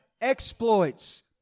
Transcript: exploits